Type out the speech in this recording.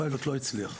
הפיילוט לא הצליח.